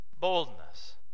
Boldness